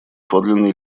подлинной